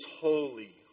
holy